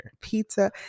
pizza